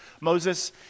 Moses